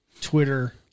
Twitter